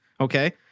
Okay